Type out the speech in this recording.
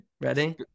ready